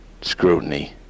scrutiny